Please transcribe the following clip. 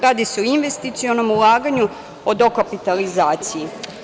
Radi se o investicionom ulaganju, o dokapitalizaciji.